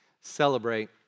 celebrate